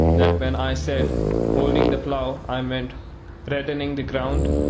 that when i said holding the plough i meant reddening the ground.